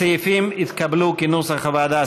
הסעיפים התקבלו כנוסח הוועדה,